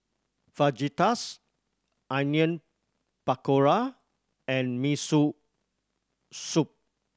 Fajitas Onion Pakora and Miso Soup